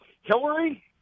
Hillary